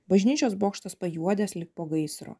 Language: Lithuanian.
bažnyčios bokštas pajuodęs lyg po gaisro